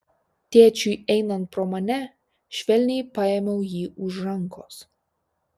tėčiui einant pro mane švelniai paėmiau jį už rankos